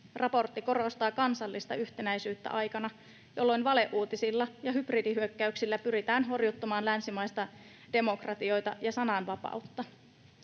Raportti korostaa kansallista yhtenäisyyttä aikana, jolloin valeuutisilla ja hybridihyökkäyksillä pyritään horjuttamaan länsimaisia demokratioita ja sananvapautta.